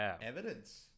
evidence